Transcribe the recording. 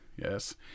Yes